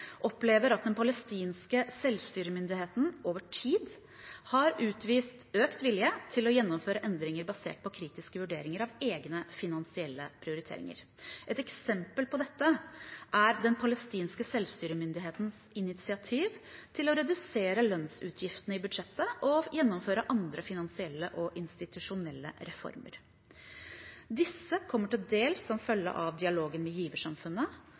opplever at Den palestinske selvstyremyndigheten over tid har utvist økt vilje til å gjennomføre endringer basert på kritiske vurderinger av egne finansielle prioriteringer. Et eksempel på dette er Den palestinske selvstyremyndighetens initiativ til å redusere lønnsutgiftene i budsjettet og å gjennomføre andre finansielle og institusjonelle reformer. Disse kommer til dels som følge av dialogen med giversamfunnet